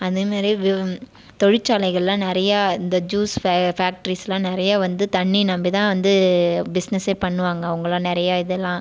அதே மாதிரி தொழிற்சாலைகளெல்லாம் நிறைய இந்த ஜூஸ் ஃபேக்டரிஸ் எல்லாம் நிறைய வந்து தண்ணி நம்பித்தான் வந்து பிஸுனஸே பண்ணுவாங்க அவங்கள்லாம் நிறைய இதெல்லாம்